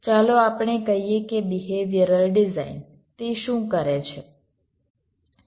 Refer Time 2304 ચાલો આપણે કહીએ કે બિહેવિયરલ ડિઝાઇન તે શું કરે છે